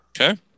Okay